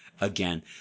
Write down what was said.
again